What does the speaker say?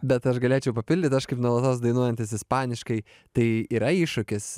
bet aš galėčiau papildyt aš kaip nuolatos dainuojantis ispaniškai tai yra iššūkis